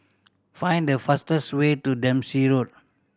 find the fastest way to Dempsey Road